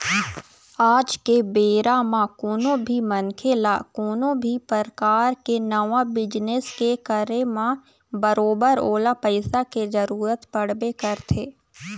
आज के बेरा म कोनो भी मनखे ल कोनो भी परकार के नवा बिजनेस के करे म बरोबर ओला पइसा के जरुरत पड़बे करथे